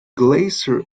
glacier